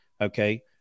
Okay